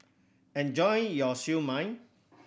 enjoy your Siew Mai